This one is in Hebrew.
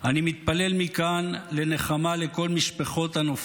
אני מתפלל מכאן לנחמה לכל משפחות הנופלים